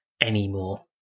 anymore